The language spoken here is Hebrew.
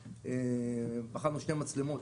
ובחנו שתי מצלמות,